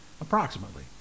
approximately